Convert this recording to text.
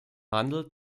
handel